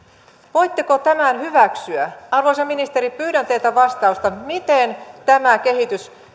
voitteko tämän hyväksyä arvoisa ministeri pyydän teiltä vastausta miten tämä kehitys